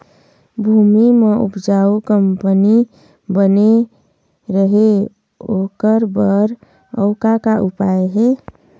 भूमि म उपजाऊ कंपनी बने रहे ओकर बर अउ का का उपाय हे?